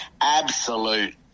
absolute